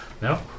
No